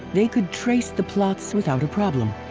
they could trace the plots without a problem.